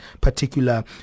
particular